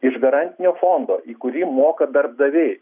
iš garantinio fondo į kurį moka darbdaviai